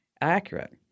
accurate